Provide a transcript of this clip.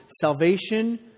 Salvation